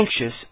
anxious